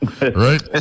right